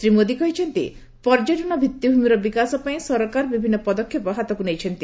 ଶ୍ରୀ ମୋଦି କହିଛନ୍ତି ପର୍ଯ୍ୟଟନ ଭିଭିଭ୍ରମିର ବିକାଶ ପାଇଁ ସରକାର ବିଭିନ୍ନ ପଦକ୍ଷେପ ହାତକୁ ନେଇଛନ୍ତି